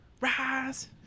rise